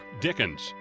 Dickens